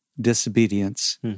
disobedience